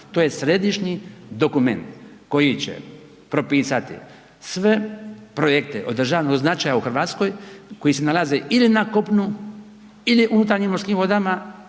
To je središnji dokument koji će propisati sve projekte od državnog značaja u Hrvatskoj koji se nalaze ili na kopnu, ili u unutarnjim morskim vodama,